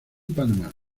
panamá